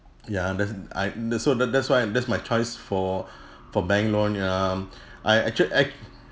ya that's I th~ so that that's why that's my choice for for bank loan um I actually